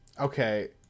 okay